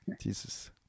Jesus